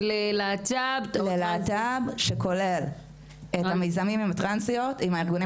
ללהט"ב שכולל את המיזמים עם הארגונים